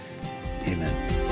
Amen